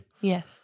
Yes